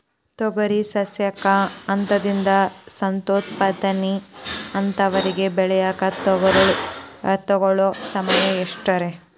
ತೊಗರಿ ಸಸ್ಯಕ ಹಂತದಿಂದ, ಸಂತಾನೋತ್ಪತ್ತಿ ಹಂತದವರೆಗ ಬೆಳೆಯಾಕ ತಗೊಳ್ಳೋ ಸಮಯ ಎಷ್ಟರೇ?